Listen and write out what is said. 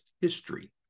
history